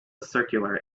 circular